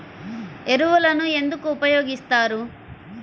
ఎరువులను ఎందుకు ఉపయోగిస్తారు?